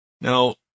Now